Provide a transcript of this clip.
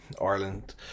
Ireland